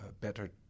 better